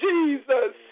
Jesus